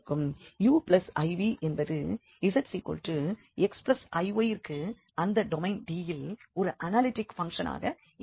uiv என்பது zxiy ற்கு அந்த டொமைன் D இல் ஒரு அனாலிட்டிக் பங்க்ஷனாக இருக்கும்